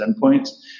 endpoints